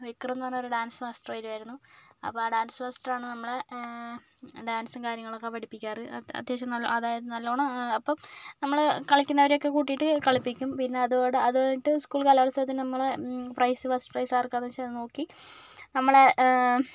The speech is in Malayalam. വിക്രം എന്ന് പറഞ്ഞ ഡാൻസ് മാസ്റ്റർ വരുമായിരുന്നു അപ്പം ആ ഡാൻസ് മാസ്റ്ററാണ് നമ്മളെ ഡാൻസ് കാര്യങ്ങളൊക്കെ പഠിപ്പിക്കാറ് അത്യാവശ്യം അതായത് നല്ലവണ്ണം അപ്പം നമ്മൾ കളിക്കുന്നവരൊക്കെ കൂട്ടിയിട്ട് കളിപ്പിക്കും പിന്നെ അതുമായിട്ട് അത് സ്കൂൾ കലോത്സവത്തിന് നമ്മൾ പ്രൈസ് ഫസ്റ്റ് പ്രൈസ് ആർക്കാണെന്ന് വെച്ചാൽ അത് നോക്കി നമ്മളെ